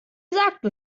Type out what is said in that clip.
sagten